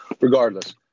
regardless